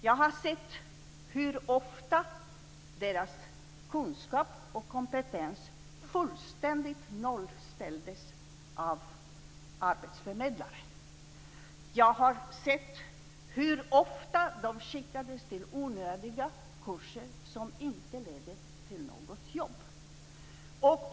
Jag har sett hur ofta deras kunskap och kompetens fullständigt nollställdes av arbetsförmedlare. Jag har sett hur ofta de skickades till onödiga kurser som inte ledde till något jobb.